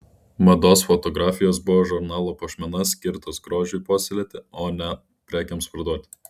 mados fotografijos buvo žurnalo puošmena skirtos grožiui puoselėti o ne prekėms parduoti